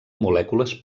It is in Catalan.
molècules